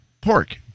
Pork